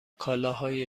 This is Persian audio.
کالاهای